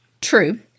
True